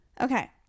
okay